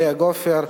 לאה גופר,